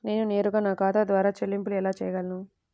నేను నేరుగా నా ఖాతా ద్వారా చెల్లింపులు ఎలా చేయగలను?